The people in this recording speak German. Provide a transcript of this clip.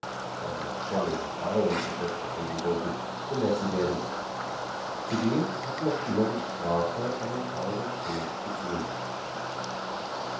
shelley und byron zu kurz befunden wurden gemessen werden zudem hat noch immer die strafe einen teil der schuld gesühnt